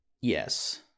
Yes